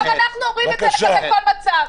גם אנחנו אומרים את זה לגבי כל מצב.